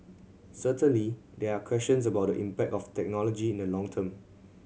certainly there are questions about the impact of technology in the long term